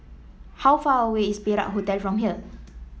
how far away is Perak Hotel from here